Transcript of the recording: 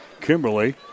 Kimberly